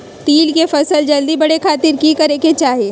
तिल के फसल जल्दी बड़े खातिर की करे के चाही?